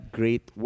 great